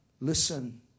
listen